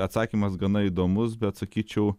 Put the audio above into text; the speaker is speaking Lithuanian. atsakymas gana įdomus bet sakyčiau